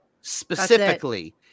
specifically